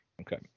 Okay